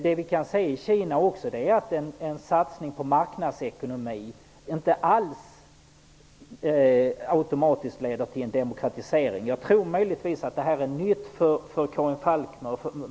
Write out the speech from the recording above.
Det som vi också kan se i Kina är att en satsning på marknadsekonomi inte alls automatiskt leder till en demokratisering. Möjligtvis är detta nytt för Karin Falkmer.